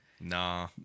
Nah